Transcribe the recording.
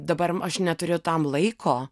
dabar aš neturiu tam laiko